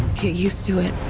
get used to it.